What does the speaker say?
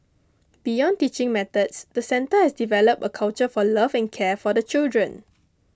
beyond teaching methods the centre has developed a culture for love and care for the children